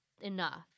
enough